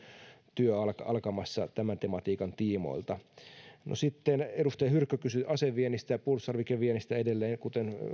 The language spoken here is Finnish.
työ on alkamassa tämän tematiikan tiimoilta sitten edustaja hyrkkö kysyi aseviennistä ja puolustustarvikeviennistä edelleen kuten